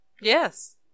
Yes